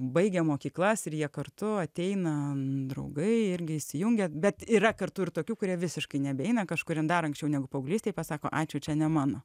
baigę mokyklas ir jie kartu ateina draugai irgi įsijungia bet yra kartu ir tokių kurie visiškai nebeina kažkurie dar anksčiau negu paauglystėj pasako ačiū čia ne mano